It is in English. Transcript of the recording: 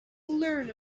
learn